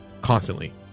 constantly